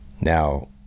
Now